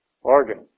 organ